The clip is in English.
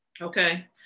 okay